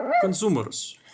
Consumers